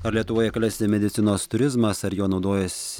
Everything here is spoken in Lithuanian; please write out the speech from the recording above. ar lietuvoje klesti medicinos turizmas ar juo naudojasi